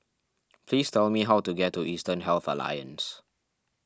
please tell me how to get to Eastern Health Alliance